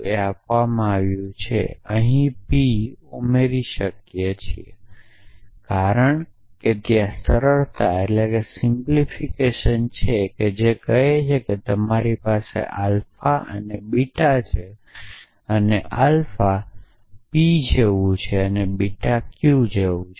આ આપવામાં આવ્યું છે આપણે અહીં પી ઉમેરી શકીએ છીએ કારણ કે ત્યાં સરળતા છે જે કહે છે કે તમારી પાસે આલ્ફા અને બીટા છે અને આલ્ફા p જેવુ અને બીટા Q જેવુ છે